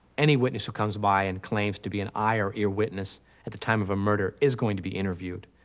any witness who comes by and claims to be an eye or ear witness at the time of a murder is going to be interviewed.